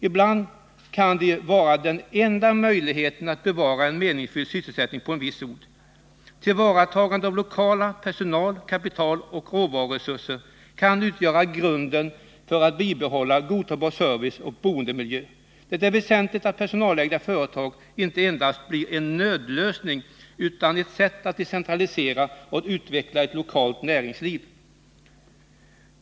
Ibland kan de vara den enda möjligheten att bevara en meningsfylld sysselsättning på en viss ort. Tillvaratagande av lokala personal-, kapitaloch råvaruresurser kan utgöra grunden för att bibehålla godtagbar service och boendemiljö. Det är väsentligt att personalägda företag inte endast blir en nödlösning, utan ett sätt att decentralisera och utveckla ett lokalt näringsliv.